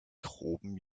groben